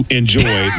enjoy